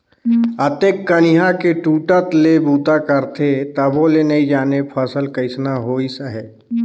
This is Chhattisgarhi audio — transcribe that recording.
अतेक कनिहा के टूटट ले बूता करथे तभो ले नइ जानय फसल कइसना होइस है